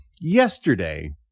yesterday